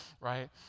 right